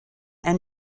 and